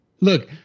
Look